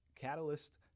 Catalyst